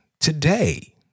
today